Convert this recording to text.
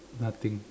nothing